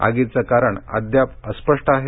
आगीचं कारण अद्याप अस्पष्ट आहे